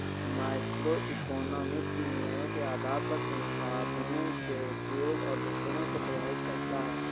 microeconomics निर्णयों के आधार पर संसाधनों के उपयोग और वितरण को प्रभावित करता है